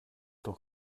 doch